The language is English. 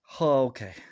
Okay